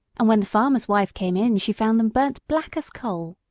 and when the farmer's wife came in she found them burnt black as coal.